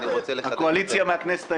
הקואליציה מהכנסת העשרים.